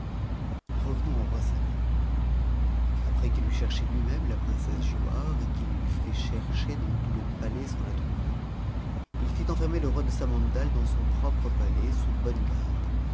revenons au roi saleh après qu'il eut cherché lui-même la princesse giauhare et qu'il t'eut mi chercher dans tout le palais sans la trouver il fit enfermer le roi de samandal dans son propre palais sous bonne garde